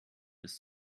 ist